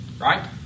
right